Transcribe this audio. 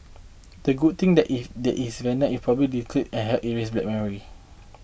the good thing that if it is venom if properly diluted a help erase bad memories